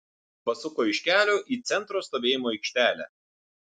pasuko iš kelio į centro stovėjimo aikštelę